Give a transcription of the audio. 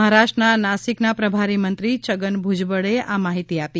મહારાષ્ટ્રના નાસિકના પ્રભારી મંત્રી છગન ભૂજબળે આ માહિતી આપી